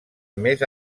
més